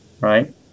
right